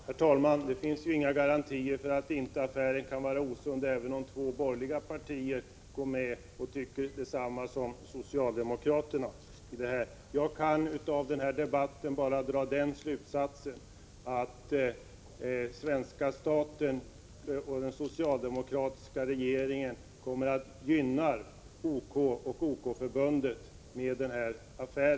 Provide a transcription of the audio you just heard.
Herr talman! Även om två borgerliga partier tycker samma sak som socialdemokraterna, finns det inte några garantier för att den här affären inte kan vara osund. Av denna debatt kan jag bara dra den slutsatsen att svenska staten och den socialdemokratiska regeringen kommer att gynna OK och OK-förbundet i och med denna affär.